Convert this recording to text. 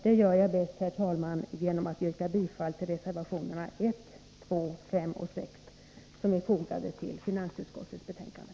Det gör jag bäst, herr talman, genom att yrka bifall till reservationerna 1, 2, 5 och 6, som är fogade till finansutskottets betänkande.